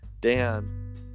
Dan